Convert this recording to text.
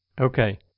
Okay